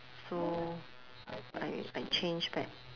so I I change back